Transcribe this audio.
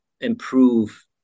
improve